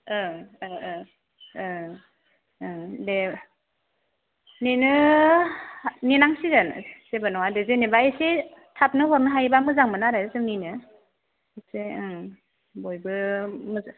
ओं दे नेनो नेनांसिगोन जेबो नङा दे जेनेबा एसे थाबनो हरनो हायोब्ला मोजांमोन आरो जोंनिनो एसे ओं बयबो मोजां